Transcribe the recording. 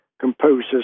composers